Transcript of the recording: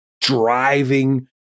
driving